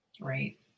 Right